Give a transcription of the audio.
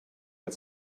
got